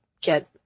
get